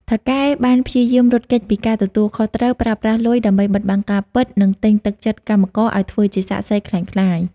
ថៅកែបានព្យាយាមរត់គេចពីការទទួលខុសត្រូវ ប្រើប្រាស់លុយដើម្បីបិទបាំងការពិត និងទិញទឹកចិត្តកម្មករឲ្យធ្វើជាសាក្សីក្លែងក្លាយ។